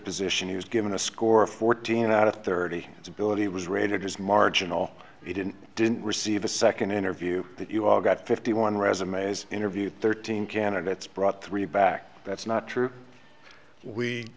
position he was given a score of fourteen out of thirty its ability was rated as marginal he didn't didn't receive a second interview that you all got fifty one resumes interviewed thirteen candidates brought three back that's not true we